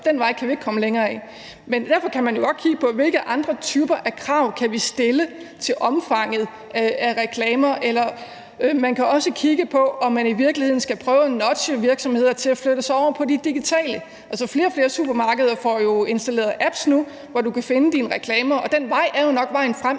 den vej kan vi ikke komme længere ad. Men derfor kan man jo godt kigge på, hvilke andre typer af krav vi kan stille til omfanget af reklamer. Eller man kan også kigge på, om man i virkeligheden skal prøve at nudge virksomheder til at flytte sig over til det digitale. Altså, flere og flere supermarkeder får installeret apps nu, hvor du kan finde dine reklamer, og den vej er jo nok vejen frem.